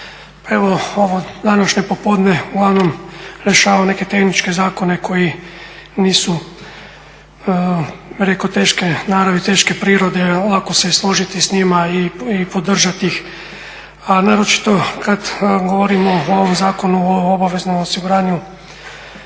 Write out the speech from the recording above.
evo ovo današnje popodne uglavnom rješava neke tehničke zakone koji nisu reko teške naravi, teške prirode, lako se složiti s njima i podržati. A naročito kada govorimo o ovom Zakonu o obaveznom osiguranju